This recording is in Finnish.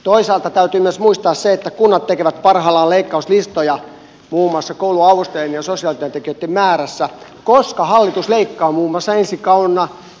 toisaalta täytyy myös muistaa se että kunnat tekevät parhaillaan leikkauslistoja muun muassa kouluavustajien ja sosiaalityöntekijöitten määrässä koska hallitus leikkaa muun muassa ensi kaudella